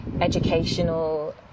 educational